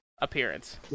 appearance